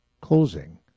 closing